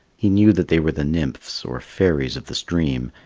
he knew that they were the nymphs or fairies of the stream,